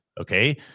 Okay